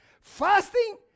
Fasting